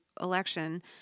election